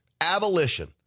Abolition